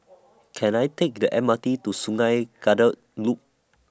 Can I Take The M R T to Sungei Kadut Loop